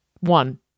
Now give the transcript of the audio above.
one